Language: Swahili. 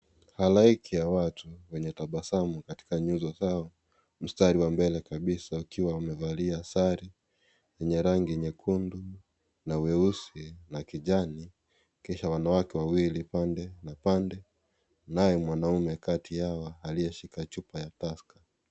Halaiki ya watu wenye tabasamu katika nyuso zao mstari wa mbele kabisa wakiwa wamevalia sare yenye rangi nyekundu na weusi na kijani kisha wanawake wawili pande na pande naye mwanaume kati yao aliyeshika chupa ya tusker .